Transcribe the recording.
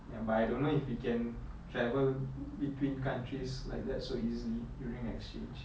ya but I don't know if you can travel between countries like that so easily during exchange